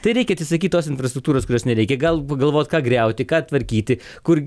tai reikia atsisakyt tos infrastruktūros kurios nereikia galbūt galvot ką griauti ką tvarkyti kur